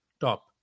top